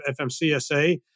FMCSA